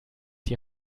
die